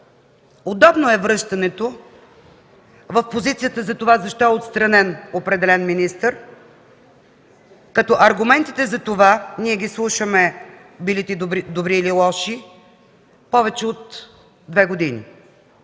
Удобно е връщането в позицията за това защо е отстранен определен министър, като аргументите за това слушаме – били добри или лоши – повече от две години.